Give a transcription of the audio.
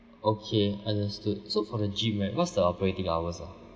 okay understood so for the gym eh what's the operating hours ah